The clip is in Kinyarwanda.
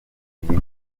iyi